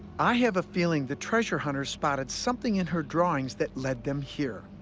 i have a feeling the treasure hunters spotted something in her drawings that led them here,